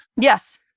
Yes